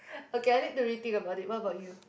okay I need to rethink about it what about you